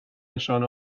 نشانه